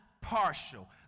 partial